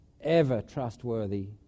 ever-trustworthy